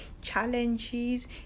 Challenges